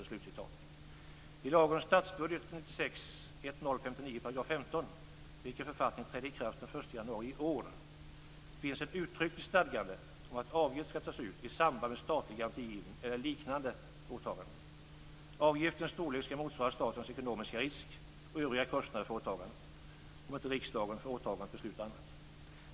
I lagen om statsbudgeten, 1996:1059, 15 §, vilken författning trädde i kraft den 1 januari i år, finns ett uttryckligt stadgande om att avgift skall tas ut i samband med statlig garantigivning eller liknande åtaganden. Avgiftens storlek skall motsvara statens ekonomiska risk och övriga kostnader för åtagandet, om inte riksdagen för åtagandet beslutar annat.